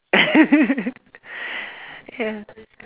ya